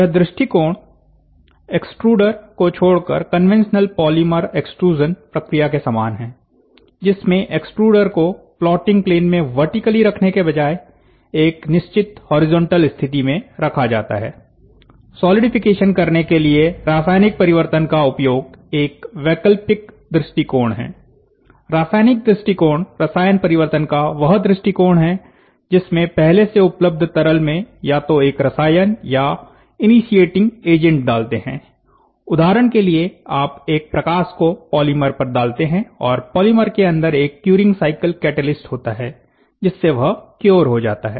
यह दृष्टिकोण एक्सट्रूडर को छोड़कर कन्वेंशनल पॉलीमर एक्सट्रूज़न प्रक्रिया के समान है जिसमें एक्सट्रूडर को प्लॉटिंग प्लेन में वर्टिकली रखने की बजाय एक निश्चित हॉरिजॉन्टल स्थिति में रखा जाता है सॉलिडिफिकेशन करने के लिए रासायनिक परिवर्तन का उपयोग एक वैकल्पिक दृष्टिकोण है रासायनिक दृष्टिकोण रसायन परिवर्तन का वह दृष्टिकोण है जिसमें पहले से उपलब्ध तरल में या तो एक रसायन या इनीशिएटिंग एजेंट डालते है उदाहरण के लिए आप एक प्रकाश को पॉलीमर पर डालते हैं और पॉलीमर के अंदर एक क्यूरिंग साईकिल कैटेलिस्ट होता है जिससे वह क्योर हो जाता है